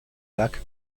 lac